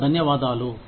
చాలా ధన్యవాదాలు